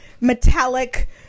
metallic